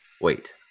wait